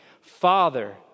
Father